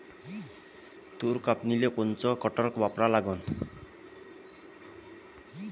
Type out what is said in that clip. तूर कापनीले कोनचं कटर वापरा लागन?